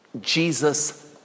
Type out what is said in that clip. Jesus